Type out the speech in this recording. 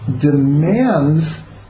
demands